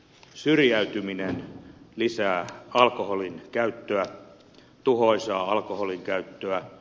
syrjäytyminen lisää alkoholinkäyttöä tuhoisaa alkoholinkäyttöä